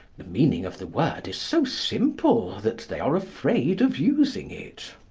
the meaning of the word is so simple that they are afraid of using it.